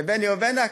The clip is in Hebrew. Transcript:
וביני ובינך,